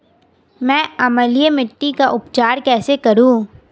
मैं अम्लीय मिट्टी का उपचार कैसे करूं?